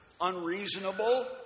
unreasonable